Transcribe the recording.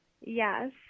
Yes